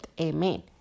Amen